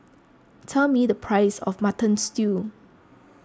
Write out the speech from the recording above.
tell me the price of Mutton Stew